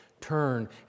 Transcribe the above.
turn